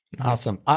Awesome